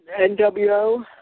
NWO